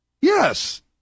Yes